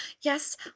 yes